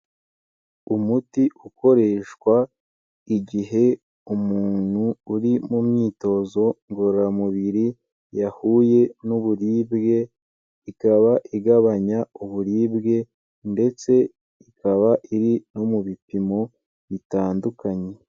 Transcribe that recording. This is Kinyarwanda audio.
Umuti ukoreshwa igihe umuntu uri mu myitozo ngororamubiri yahuye n'uburibwe, ikaba igabanya uburibwe ndetse ikaba iri no mu bipimo bitandukanye.